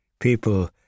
People